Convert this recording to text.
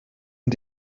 und